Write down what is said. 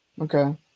Okay